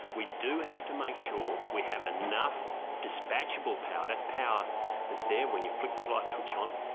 we do have to make sure we have enough dispatchable power, that's power that's there when you flick the light switch on,